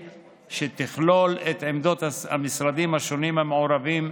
שתכלול את עמדות המשרדים השונים המעורבים,